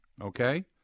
Okay